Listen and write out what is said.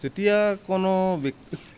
যেতিয়া কোনো